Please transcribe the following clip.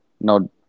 No